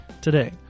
today